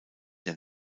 der